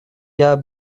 gars